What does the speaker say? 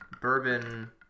bourbon